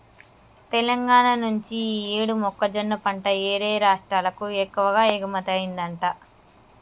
తెలంగాణా నుంచి యీ యేడు మొక్కజొన్న పంట యేరే రాష్టాలకు ఎక్కువగా ఎగుమతయ్యిందంట